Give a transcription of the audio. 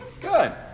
Good